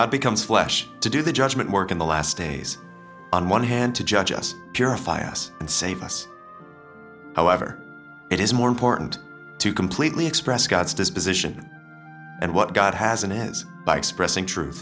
god becomes flesh to do the judgement work in the last days on one hand to judge us purify us and save us however it is more important to completely express god's disposition and what god has in his by expressing truth